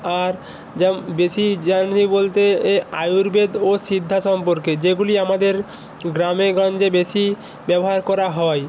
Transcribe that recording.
আর জাম বেশি জানা নেই বলতে এ আয়ুর্বেদ ও সিদ্ধা সম্পর্কে যেগুলি আমাদের গ্রামেগঞ্জে বেশি ব্যবহার করা হয়